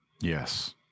Yes